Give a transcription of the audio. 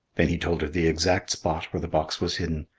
then he told her the exact spot where the box was hidden.